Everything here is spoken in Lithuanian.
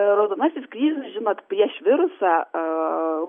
raudonasis kryžius žinot prieš virusą